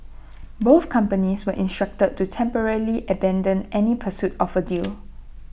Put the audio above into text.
both companies were instructed to temporarily abandon any pursuit of A deal